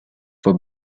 for